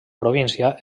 província